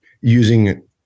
using